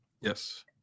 Yes